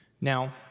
Now